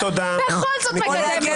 מירב, אני קורא אותך לסדר.